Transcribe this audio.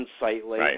unsightly